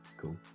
Cool